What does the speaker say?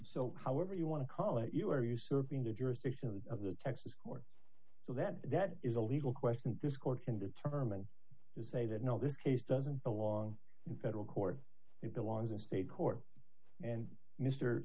so however you want to call it you are usurping the jurisdiction of the texas court so that is a legal question this court can determine to say that no this case doesn't belong in federal court it belongs in state court and mr